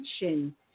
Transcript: attention